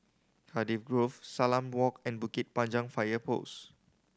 Cardiff Grove Salam Walk and Bukit Panjang Fire Post